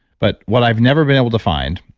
but what i've never been able to find